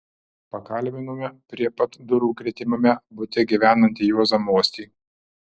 pakalbinome prie pat durų gretimame bute gyvenantį juozą mostį